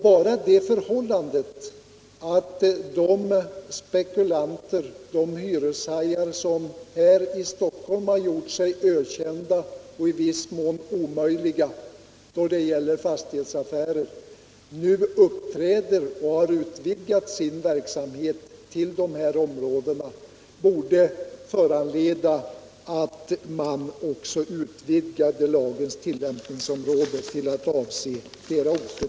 Bara det förhållandet att de spekulanter och hyreshajar som här i Stockholm har gjort sig ökända och i viss mån omöjliga då det gäller fastighetsaffärer nu har utvidgat sin verksamhet till de här områdena borde föranleda att lagens tillämpningsområde utvidgas till att avse flera orter.